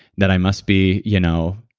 that i must be. you know,